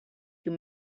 you